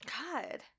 god